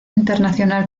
internacional